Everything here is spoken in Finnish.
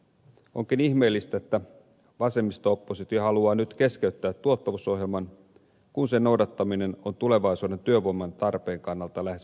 onkin ihmeellistä että vasemmisto oppositio haluaa nyt keskeyttää tuottavuusohjelman kun sen noudattaminen on tulevaisuuden työvoiman tarpeen kannalta lähes välttämätön